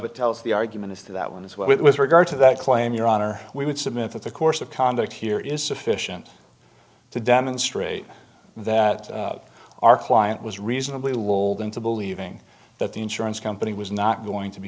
that tells the argument as to that one as well with regard to that claim your honor we would submit that the course of conduct here is sufficient to demonstrate that our client was reasonably lol into believing that the insurance company was not going to be